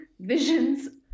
visions